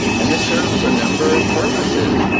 and this serves a number of purposes.